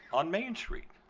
on main street.